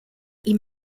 ihm